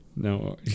No